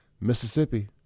Mississippi